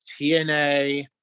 TNA